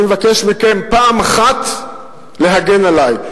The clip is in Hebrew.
אני מבקש מכם פעם אחת להגן עלי.